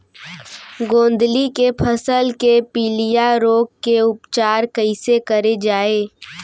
गोंदली के फसल के पिलिया रोग के उपचार कइसे करे जाये?